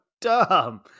dumb